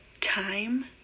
time